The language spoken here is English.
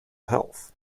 health